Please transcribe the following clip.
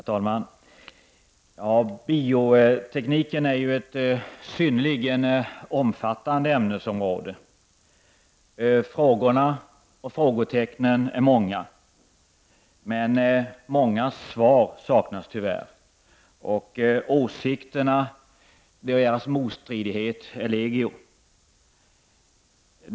Herr talman! Biotekniken är ju ett synnerligen omfattande ämnesområde. Frågorna och frågetecknen är många, men många svar saknas tyvärr. Åsikternas motstridighet är legio.